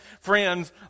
friends